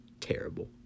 terrible